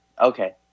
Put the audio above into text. Okay